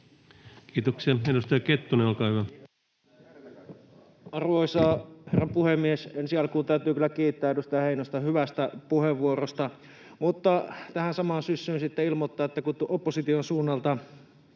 Kiitoksia. — Edustaja Kettunen, olkaa hyvä. Arvoisa herra puhemies! Ensi alkuun täytyy kyllä kiittää edustaja Heinosta hyvästä puheenvuorosta mutta tähän samaan syssyyn sitten ilmoittaa, että kun opposition suunnalta